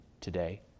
today